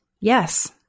Yes